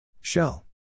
Shell